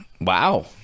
wow